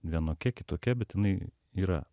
vienokia kitokia bet jinai yra